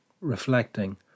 reflecting